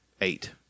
eight